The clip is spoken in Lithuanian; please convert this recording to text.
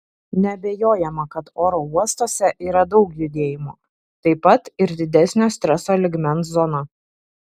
neabejojama kad oro uostuose yra daug judėjimo taip pat ir didesnio streso lygmens zona